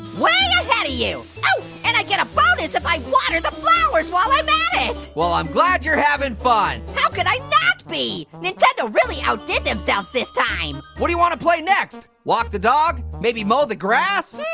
way ahead of you! ooh, and i get a bonus if i water the flowers while i'm at it! well i'm glad you're having fun! how could i not be? nintendo really outdid themselves this time! what do you want to play next? walk the dog? maybe mow the grass?